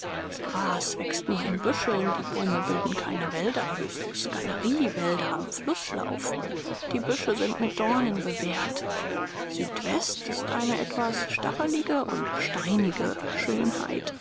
das gras wächst nur in büscheln die bäume bilden keine wälder höchstens galeriewälder am flußlauf die büsche sind mit domen bewehrt südwest ist eine etwas stachlige und steinige schönheit